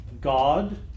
God